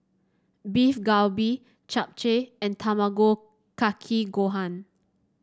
Beef Galbi Japchae and Tamago Kake Gohan